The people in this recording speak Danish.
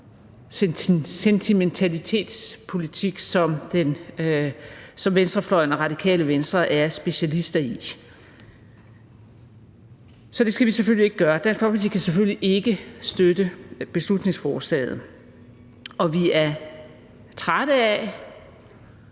sentimentalitetspolitik, som venstrefløjen og Radikale Venstre er specialister i. Så det skal vi selvfølgelig ikke gøre. Dansk Folkeparti kan selvfølgelig ikke støtte beslutningsforslaget, og vi er trætte af